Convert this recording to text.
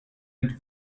mit